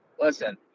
Listen